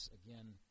again